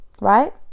right